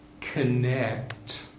connect